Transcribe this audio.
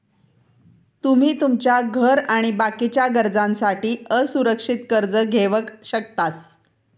तुमी तुमच्या घर आणि बाकीच्या गरजांसाठी असुरक्षित कर्ज घेवक शकतास